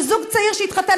שזוג צעיר שהתחתן,